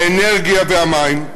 האנרגיה והמים,